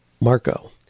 Marco